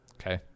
okay